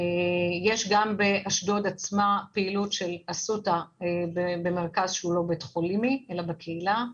יש גם באשדוד עצמה פעילות של אסותא במרכז שהוא לא בית חולים אלא בקהילה,